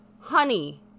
Honey